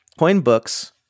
Coinbooks